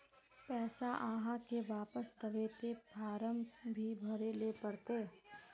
पैसा आहाँ के वापस दबे ते फारम भी भरें ले पड़ते?